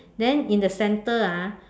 then in the center ah